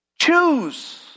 choose